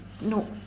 No